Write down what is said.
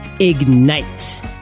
Ignite